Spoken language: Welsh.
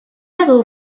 meddwl